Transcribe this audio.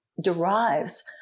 derives